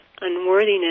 unworthiness